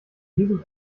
diesem